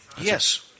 Yes